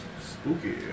Spooky